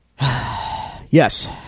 yes